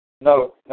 no